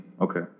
Okay